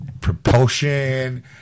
Propulsion